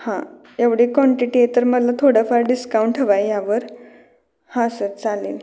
हा एवढे क्वांटिटी आहे तर मला थोडंफार डिस्काउंट हवं आहे यावर हा सर चालेल